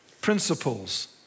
principles